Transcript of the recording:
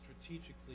strategically